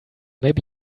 maybe